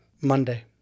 Monday